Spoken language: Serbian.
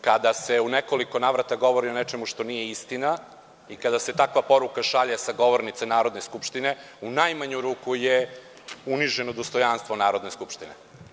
Kada se u nekoliko navrata govori o nečemu što nije istina i kada se takva poruka šalje sa govornice Narodne skupštine, u najmanju ruku je uniženo dostojanstvo Narodne skupštine.